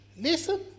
Listen